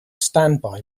standby